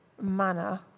manner